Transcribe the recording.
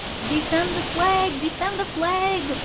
defend the flag! defend the flag!